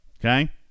Okay